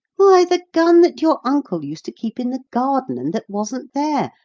why, the gun that your uncle used to keep in the garden, and that wasn't there.